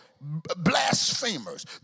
Blasphemers